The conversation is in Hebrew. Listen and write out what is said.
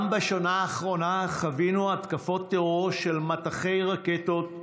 בשנה האחרונה גם חווינו התקפות טרור של מטחי רקטות,